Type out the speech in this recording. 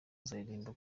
azaririmba